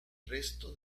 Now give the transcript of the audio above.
resto